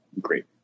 great